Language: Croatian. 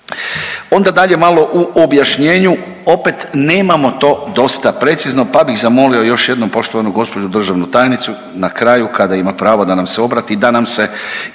Onda dalje malo u objašnjenju opet nemamo to dosta precizno pa bih zamolio još jednom poštovanu gospođu državnu tajnicu na kraju kada ima pravo da nam se obrati